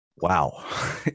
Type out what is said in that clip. Wow